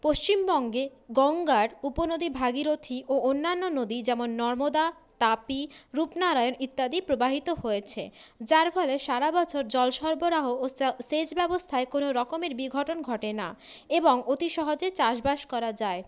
পশ্চিমবঙ্গে গঙ্গার উপনদী ভাগীরথী ও অন্যান্য নদী যেমন নর্মদা তাপ্তী রুপনারায়ণ ইত্যাদি প্রবাহিত হয়েছে যার ফলে সারা বছর জল সরবারহ ও সেচ ব্যবস্থায় কোনো রকমের অঘটন ঘটে না এবং অতি সহজে চাষবাস করা যায়